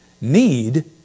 Need